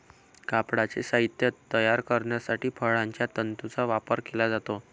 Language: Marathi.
कापडाचे साहित्य तयार करण्यासाठी फळांच्या तंतूंचा वापर केला जातो